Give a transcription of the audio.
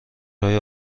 های